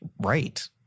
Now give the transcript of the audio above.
right